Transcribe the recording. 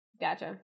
Gotcha